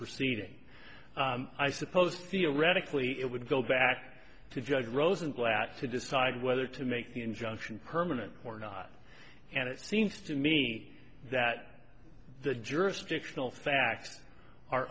proceeding i suppose theoretically it would go back to judge rosenblatt to decide whether to make the injunction permanent or not and it seems to me that the jurisdictional facts are